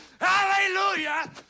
Hallelujah